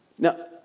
Now